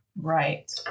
Right